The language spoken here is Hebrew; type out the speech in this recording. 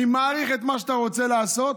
אני מעריך את מה שאתה רוצה לעשות,